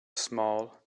small